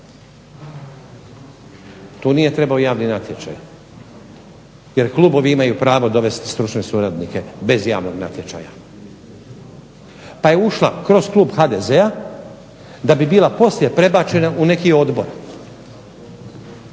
Tu nije trebao javni natječaj jer Klubovi imaju pravo dovesti stručne suradnike bez javnog natječaja. Pa je ušla kroz Klub HDZ-a da bi bila poslije prebačena u neki Odbor